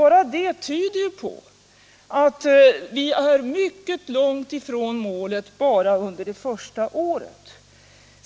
Bara det tyder på att vi är mycket långt ifrån målet redan under det första året.